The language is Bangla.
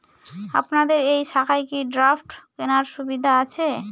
আপনাদের এই শাখায় কি ড্রাফট কেনার সুবিধা আছে?